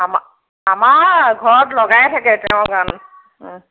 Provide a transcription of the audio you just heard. আমাৰ ঘৰত লগায়ে থাকে তেওঁৰ গান